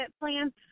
plan